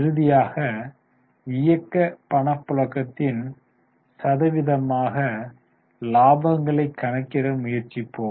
இறுதியாக இயக்க பணப்புழக்கத்தின் சதவீதமாக இலாபங்களை கணக்கிட முயற்சிப்போம்